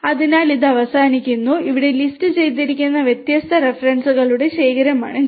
അതിനാൽ ഇത് അവസാനിക്കുന്നു ഇവിടെ ലിസ്റ്റുചെയ്തിരിക്കുന്ന വ്യത്യസ്ത റഫറൻസുകളുടെ ശേഖരമാണിത്